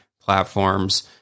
platforms